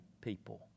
people